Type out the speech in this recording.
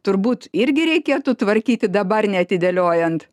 turbūt irgi reikėtų tvarkyti dabar neatidėliojant